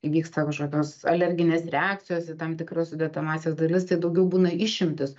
įvyksta kažkokios alerginės reakcijos į tam tikras sudedamąsias dalis tai daugiau būna išimtys